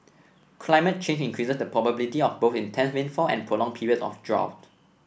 climate change increases the probability of both intense rainfall and prolonged periods of drought